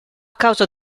causa